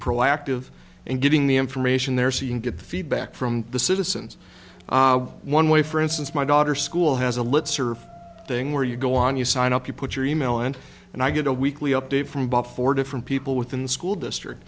proactive in giving the information there so you can get feedback from the citizens one way for instance my daughter's school has a lips or thing where you go on you sign up you put your e mail and and i get a weekly update from but for different people within the school district